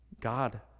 God